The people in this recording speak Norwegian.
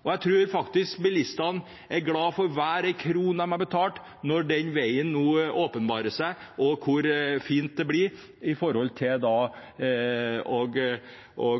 og jeg tror faktisk bilistene er glad for hver krone de har betalt når den veien nå åpenbarer seg, og de ser hvor fint det blir å